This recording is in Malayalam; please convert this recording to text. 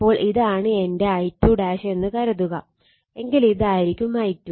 അപ്പോൾ ഇതാണ് എന്റെ I2 എന്ന് കരുതുക എങ്കിൽ ഇതായിരിക്കും I2